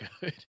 good